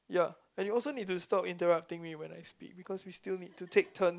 ya and you also need to stop interrupting me when I speak because we still need to take turns